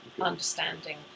understanding